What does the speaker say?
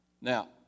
Now